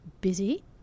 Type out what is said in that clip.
busy